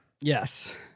Yes